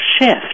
shift